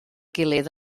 gilydd